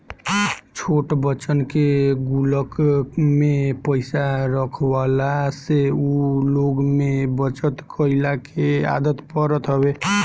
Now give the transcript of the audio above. छोट बच्चन के गुल्लक में पईसा रखवला से उ लोग में बचत कइला के आदत पड़त हवे